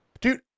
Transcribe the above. dude